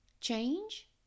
Change